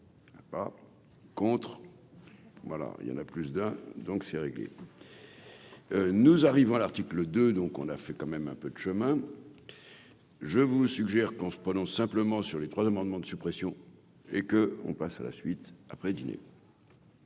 Ah, par contre, voilà, il y en a plus d'un, donc c'est réglé, nous arrivons à l'article de donc, on a fait quand même un peu de chemin, je vous suggère qu'on se prononce simplement sur les trois amendements de suppression et que, on passe à la suite après dîner.